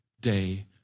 day